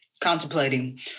Contemplating